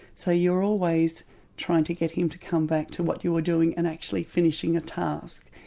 so you're always trying to get him to come back to what you were doing and actually finishing a task.